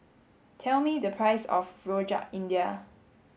tell me the price of Rojak India